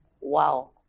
Wow